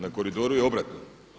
Na koridoru je obratno.